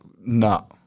no